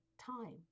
time